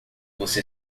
você